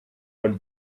one